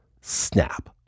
snap